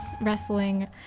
wrestling